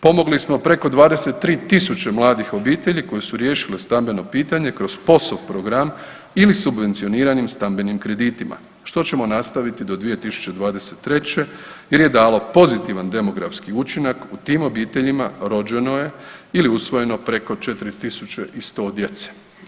Pomogli smo preko 23.000 mladih obitelji koje su riješile stambeno pitanje kroz POS-ov program ili subvencioniranje stambenim kreditima, što ćemo nastaviti do 2023. jer je dalo pozitivan demografski učinak, u tim obiteljima rođeno je ili usvojeno preko 4.100 djece.